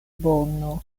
bono